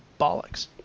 bollocks